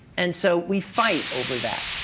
and so we fight over that.